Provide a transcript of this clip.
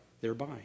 thereby